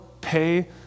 pay